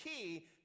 key